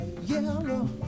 yellow